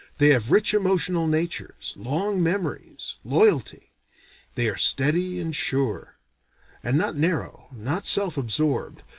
they have rich emotional natures, long memories, loyalty they are steady and sure and not narrow, not self-absorbed,